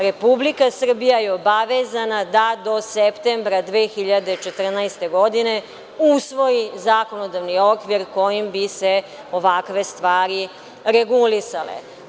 Republika Srbija je obavezana da do septembra 2014. godine usvoji zakonodavni okvir kojim bi se ovakve stvari regulisale.